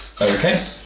Okay